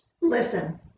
listen